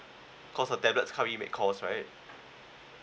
because a tablet make cost right